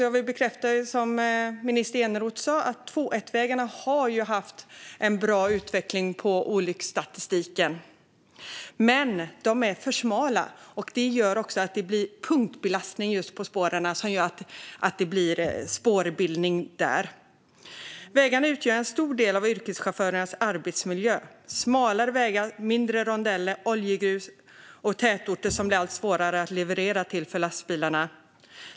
Jag vill bekräfta det som minister Eneroth sa, alltså att två-plus-ett-vägarna har haft en bra utveckling på olycksstatistiken. De är dock för smala, vilket gör att det blir punktbelastning som ger spårbildning. Vägarna utgör en stor del av yrkeschaufförernas arbetsmiljö. Smalare vägar, mindre rondeller och oljegrus gör det allt svårare för lastbilarna att leverera till tätorterna.